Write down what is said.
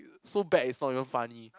so bad it's not even funny